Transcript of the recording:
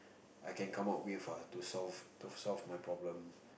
I can come up with ah to solve to solve my problem